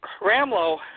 Ramlo